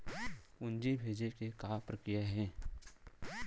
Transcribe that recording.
पूंजी भेजे के का प्रक्रिया हे?